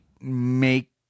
make